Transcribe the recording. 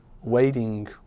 waiting